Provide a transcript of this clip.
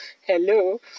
Hello